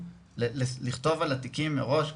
לכתוב על התיקים מראש,